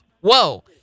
Whoa